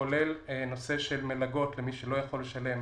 כולל נושא של מלגות למי שלא יכול לשלם.